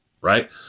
right